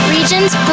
Regions